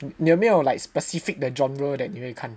你有没有 like specific the genre that 你会看